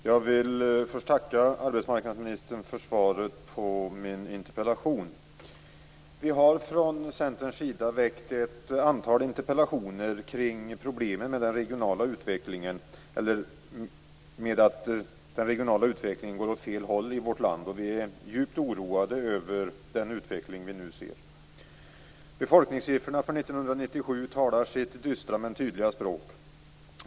Fru talman! Jag vill först tacka arbetsmarknadsministern för svaret på min interpellation. Vi har från Centerns sida väckt ett antal interpellationer kring problemen med att den regionala utvecklingen går åt fel håll i vårt land. Vi är djupt oroade över den utveckling vi nu ser. Befolkningssiffrorna från 1997 talar sitt dystra men tydliga språk.